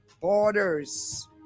borders